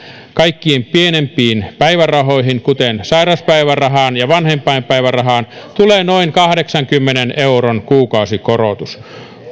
kaikkein pienimpiin päivärahoihin kuten sairauspäivärahaan ja vanhempainpäivärahaan tulee noin kahdeksankymmenen euron kuukausikorotus